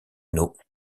nos